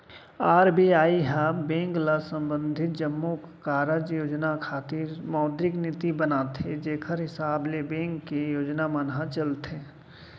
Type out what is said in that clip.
RBI ह bank ल संबंधित जम्मो कारज योजना खातिर मौद्रिक नीति बनाथे जेखर हिसाब ले बेंक के योजना मन ह चलथे